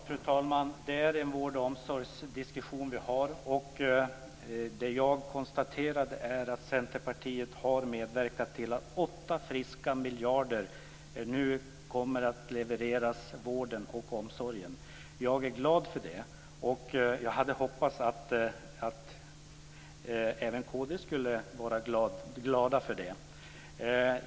Fru talman! Det är en vård och omsorgsdiskussion som vi för. Jag konstaterade att Centerpartiet har medverkat till att 8 friska miljarder nu kommer att levereras till vården och omsorgen. Jag är glad för det. Jag hade hoppats att även kristdemokraterna skulle vara glada för det.